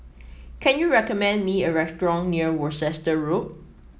can you recommend me a restaurant near Worcester Road